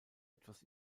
etwas